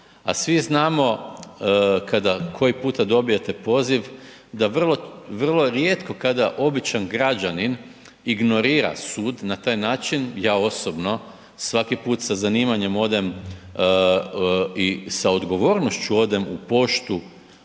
a svi znamo kada koji puta dobijete poziv da vrlo, vrlo rijetko kada običan građanin ignorira sud na taj način, ja osobno svaki put sa zanimanjem odem i sa odgovornošću odem u poštu,